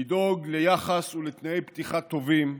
לדאוג ליחס ולתנאי פתיחה טובים,